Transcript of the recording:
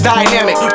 Dynamic